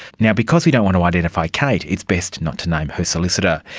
yeah because we don't want to identify kate, it's best not to name her solicitor.